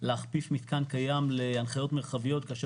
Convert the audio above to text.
להכפיף מתקן קיים להנחיות מרחביות כאשר